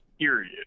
period